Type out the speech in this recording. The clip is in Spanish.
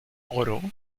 oro